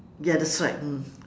ya that's why mm